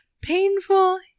painful